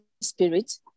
Spirit